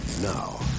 Now